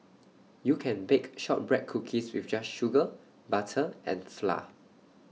you can bake Shortbread Cookies with just sugar butter and flour